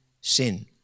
sin